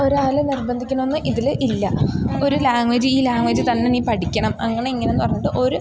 ഒരാൾ നിർബന്ധിക്കണമോയെന്ന് ഇതിൽ ഇല്ല ഒരു ലാംഗ്വേജ് ഈ ലാംഗ്വേജ് തന്നെ നീ പഠിക്കണം അങ്ങനെ ഇങ്ങനെയെന്ന് പറഞ്ഞിട്ട് ഒരു